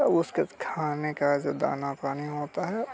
अब उसके खाने का जो दाना पानी होता है